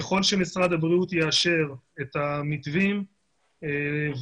ככל שמרד הבריאות יאשר את המתווים ואל